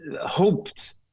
hoped